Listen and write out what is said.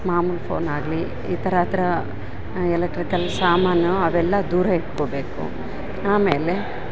ಮಾಮೂಲಿ ಫೋನ್ ಆಗಲಿ ಈ ಥರ ಹತ್ರ ಎಲೆಕ್ಟ್ರಿಕಲ್ ಸಾಮಾನು ಅವೆಲ್ಲ ದೂರ ಇಡ್ಕೊಬೇಕು ಆಮೇಲೆ